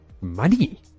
money